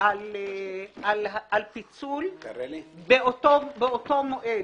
פיצול באותו מועד.